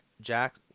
Jack